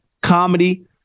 comedy